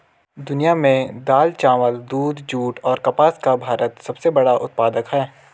दुनिया में दाल, चावल, दूध, जूट और कपास का भारत सबसे बड़ा उत्पादक है